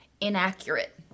inaccurate